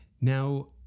Now